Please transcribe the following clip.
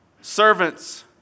Servants